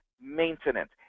maintenance